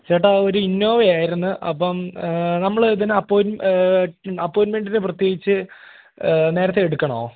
ചേട്ടാ ഒരു ഇന്നോവ ആയിരുന്നു അപ്പം നമ്മൾ ഇതിന് അപ്പോയി അപ്പോയിൻ്റ്മെൻറ്റിനു പ്രത്യേകിച്ചു നേരത്തെ എടുക്കണോ